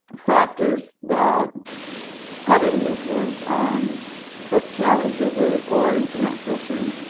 factors that had an influence on book challenges or or internet filtering.